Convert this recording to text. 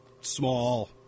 small